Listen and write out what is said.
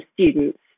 students